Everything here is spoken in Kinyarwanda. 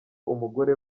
umugore